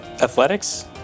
athletics